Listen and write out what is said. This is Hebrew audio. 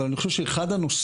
אבל אני חושב שאחד הנושאים,